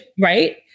right